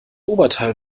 oberteil